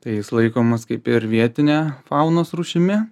tai jis laikomas kaip ir vietinė faunos rūšimi